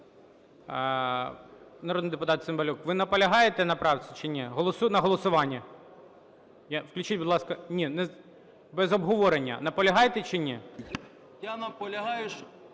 Народний депутат Цимбалюк, ви наполягаєте на правці чи ні, на голосуванні? Включіть, будь ласка… Ні, без обговорення. Наполягаєте чи ні? 11:09:46